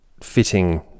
fitting